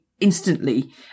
instantly